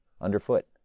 underfoot